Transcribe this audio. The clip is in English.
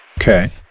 Okay